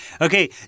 Okay